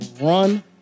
run